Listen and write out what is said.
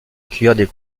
accueillir